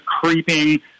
creeping